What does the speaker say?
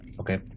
okay